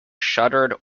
shuttered